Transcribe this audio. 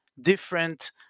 different